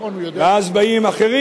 ואז באים אחרים